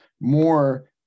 more